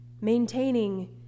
Maintaining